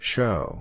Show